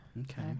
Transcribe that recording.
Okay